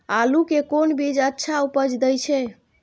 आलू के कोन बीज अच्छा उपज दे छे?